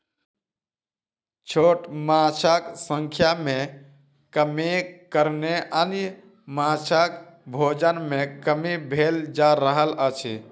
छोट माँछक संख्या मे कमीक कारणेँ अन्य माँछक भोजन मे कमी भेल जा रहल अछि